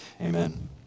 amen